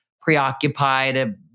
preoccupied